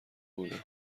بودم